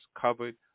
covered